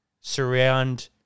surround